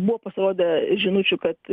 buvo pasirodę žinučių kad